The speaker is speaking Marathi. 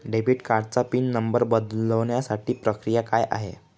डेबिट कार्डचा पिन नंबर बदलण्यासाठीची प्रक्रिया काय आहे?